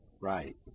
right